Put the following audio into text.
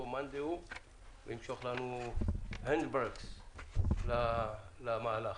מאן דהוא וימשוך לנו הנדברקס למהלך.